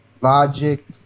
Logic